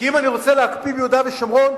כי אם אני רוצה להקפיא ביהודה ושומרון,